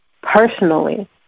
personally